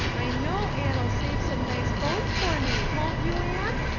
i know anne'll save some nice bones for me, won't you, anne?